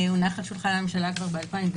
הונח על שולחן הממשלה כבר ב-2010.